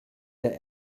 der